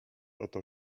oto